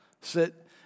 Sit